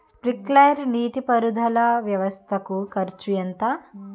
Sprinkler నీటిపారుదల వ్వవస్థ కు ఖర్చు ఎంత?